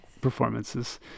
performances